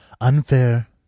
Unfair